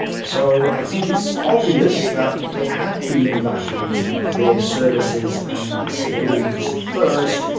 so i think it's obvious that they had been evacuating the rear-services and civilians first,